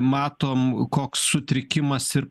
matom koks sutrikimas ir